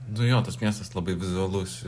nu jo tas miestas labai vizualus